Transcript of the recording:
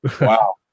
Wow